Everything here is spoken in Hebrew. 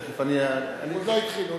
הוא עוד לא התחיל.